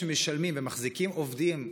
שמשלמים ומחזיקים עובדים,